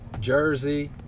Jersey